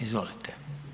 Izvolite.